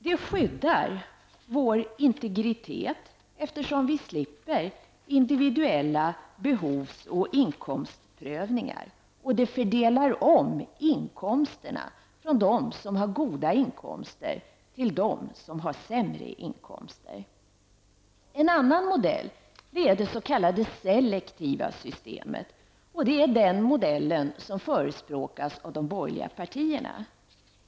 Det skyddar vår integritet eftersom vi då slipper individuella behovs och inkomstprövningar. Och det fördelar om inkomsterna från dem som har goda inkomster till dem som har sämre inkomster. En annan modell är det s.k. selektiva systemet. Det är den modell som förespråkas av de borgerliga partierna.